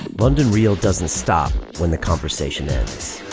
london real doesn't stop when the conversation ends.